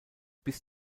bis